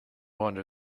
wonder